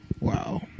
Wow